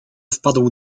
wpadł